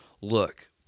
look